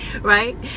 right